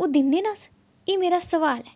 ओह् दिन्ने न अस एह् मेरा सोआल ऐ